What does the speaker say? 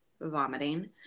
vomiting